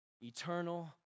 Eternal